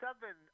seven